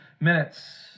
minutes